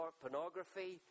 pornography